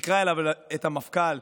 יקרא אליו את המפכ"ל,